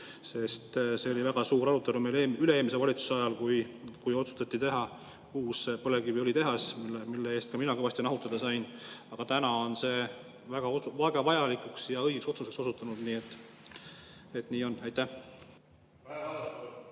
See oli väga suur arutelu meil üle-eelmise valitsuse ajal, kui otsustati teha uus põlevkiviõlitehas, mille eest ka mina kõvasti nahutada sain. Aga praegu on see väga vajalikuks ja õigeks otsuseks osutunud. Nii on. Kaja